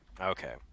Okay